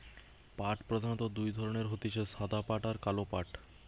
পাট প্রধানত দুই ধরণের হতিছে সাদা পাট আর কালো পাট